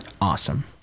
Awesome